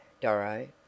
Doro